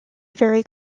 very